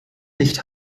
nicht